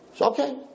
Okay